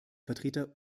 vertreter